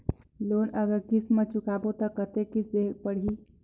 Loan अगर किस्त म चुकाबो तो कतेक किस्त देहेक पढ़ही?